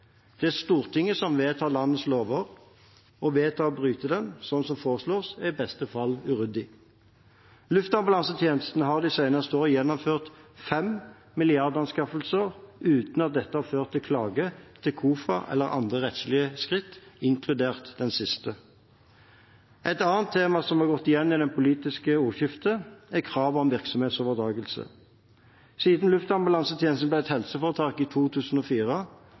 Stortinget, som vedtar landets lover, vedtar å bryte den, slik det foreslås, er det – i beste fall – uryddig. Luftambulansetjenesten har de seneste år gjennomført fem milliardanskaffelser uten at dette har ført til klage til KOFA eller til andre rettslige skritt, inkludert den siste. Et annet tema som har gått igjen i det politiske ordskiftet, er kravet om virksomhetsoverdragelse. Siden luftambulansetjenesten ble et helseforetak i 2004,